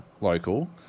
local